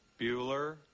Bueller